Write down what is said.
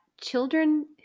children